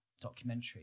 documentary